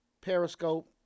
Periscope